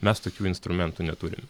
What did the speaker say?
mes tokių instrumentų neturim